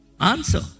answer